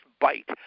bite